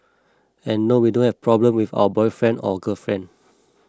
and no we don't have problem with our boyfriend or girlfriend